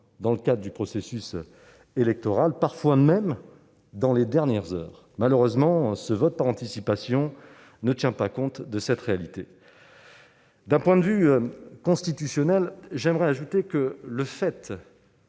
dans le cadre du processus électoral, parfois même dans les dernières heures. Malheureusement, ce vote par anticipation ne tient pas compte de cette réalité. D'un point de vue constitutionnel, j'aimerais ajouter que le fait